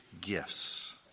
gifts